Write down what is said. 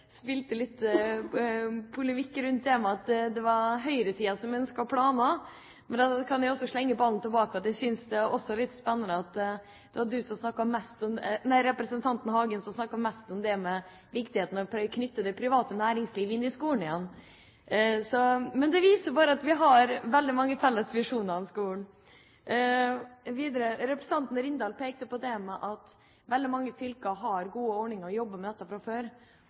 polemiserte litt om at det var høyresiden som ønsket planer. Da kan jeg slenge ballen tilbake og si at jeg synes det også er litt spennende at det var representanten Hagen som snakket mest om viktigheten av å knytte det private næringslivet til skolen igjen. Det viser bare at vi har veldig mange felles visjoner om skolen. Videre: Representanten Rindal pekte på at veldig mange fylker har gode ordninger og jobber med dette fra før.